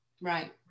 Right